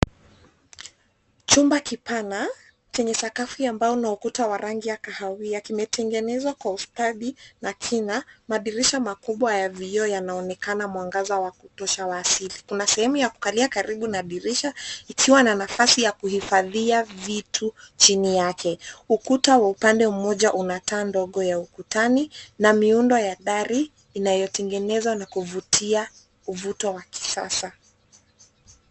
Chumba kipana chenye sakafu ya mbao na ukuta wa rangi ya kahawia kimetengenzwa kwa ustadi na kina madirisha makubwa ya vioo yanaonekana mwangaza wa kutosha wa asili .Kuna sehemu ya kukalia karibu na dirisha ikiwa na nafasi ya kuhifadhia vitu chini yake. Ukuta wa upande mmoja una taa ndogo ya ukutani na miundo ya dari inayotengenezwa na kuvutia uvuto wa kisasa.